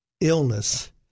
illness